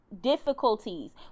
difficulties